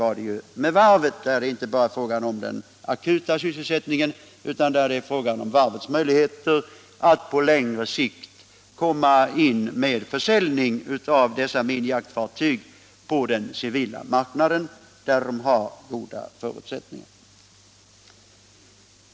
När det gäller varvet är det inte fråga bara om det akuta sysselsättningsbehovet utan om varvets möjligheter att på längre sikt komma in med försäljning av minjaktfartygen på den civila marknaden, där de har goda förutsättningar.